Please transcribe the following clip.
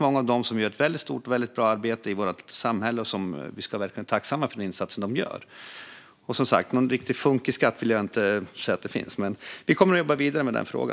Många av dem gör ett stort och bra arbete i vårt samhälle, och vi ska verkligen vara tacksamma för de insatser de gör. Jag vill som sagt inte säga att det finns någon riktig funkisskatt, men vi kommer att jobba vidare med denna fråga.